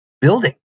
building